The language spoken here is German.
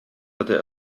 hätte